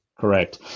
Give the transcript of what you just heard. correct